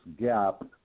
gap